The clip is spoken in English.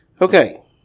Okay